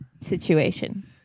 situation